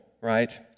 right